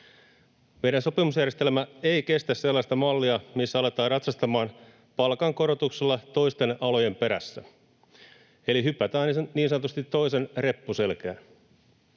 Meidän sopimusjärjestelmämme ei kestä sellaista mallia, missä aletaan ratsastamaan palkankorotuksella toisten alojen perässä eli hypätään niin sanotusti toisen reppuselkään.